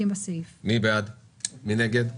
בד בבד עם קניית הדירות,